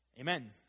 Amen